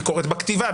ביקורת בכתיבה,